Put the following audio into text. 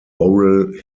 oral